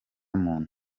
muntu